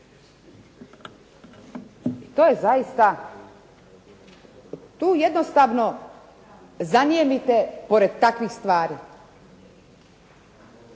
nije ništa. Tu jednostavno zanijemite pored takvih stvari.